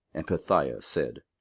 and pethahiah, said,